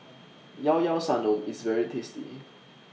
Llao Llao Sanum IS very tasty